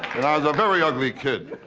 i was a very ugly kid.